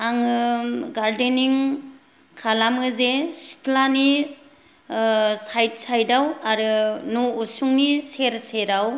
आङो गार्देनिं खालामोजे सिथ्लानि ओ साइड साइडाव आरो न' उसुंनि सेर सेराव